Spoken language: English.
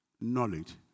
knowledge